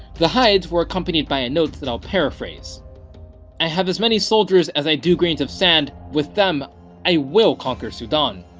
the hides were accompanied by a note that i'll paraphrase i have as many soldiers as i do grains of sand, with them i will conquer sudan.